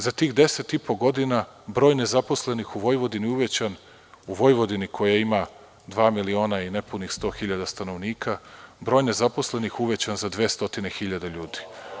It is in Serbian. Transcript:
Za tih deset i po godina broj nezaposlenih u Vojvodini je uvećan, u Vojvodini koja ima dva miliona i ne punih sto hiljada stanovnika broj nezaposlenih je uvećan za 200.000 ljudi.